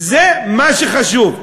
זה מה שחשוב,